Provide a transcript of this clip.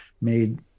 made